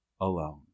alone